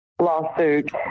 lawsuit